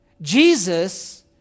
Jesus